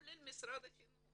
כולל משרד החינוך.